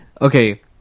okay